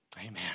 Amen